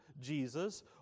Jesus